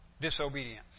disobedience